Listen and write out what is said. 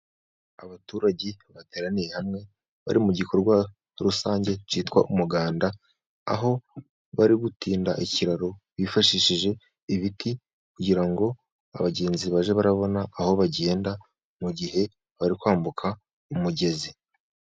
Abaturage bateraniye hamwe, bari mu gikorwa rusange kitwa umuganda, aho bari gutinda ikiraro bifashishije ibiti, kugira ngo abagenzi bajye barabona aho bagenda mu gihe bari kwambuka umugezi.